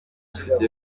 afite